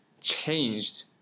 changed